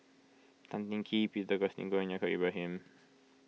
Tan Teng Kee Peter Augustine Goh and Yaacob Ibrahim